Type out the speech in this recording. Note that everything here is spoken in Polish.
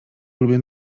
lubię